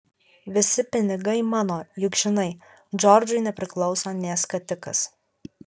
visi pinigai mano juk žinai džordžui nepriklauso nė skatikas